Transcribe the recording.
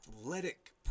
athletic